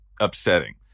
upsetting